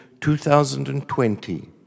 2020